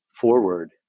forward